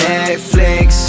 Netflix